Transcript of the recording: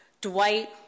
Dwight